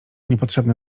niepotrzebne